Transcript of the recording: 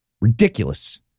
Ridiculous